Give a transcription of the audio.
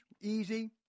easy